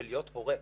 של להיות הורה.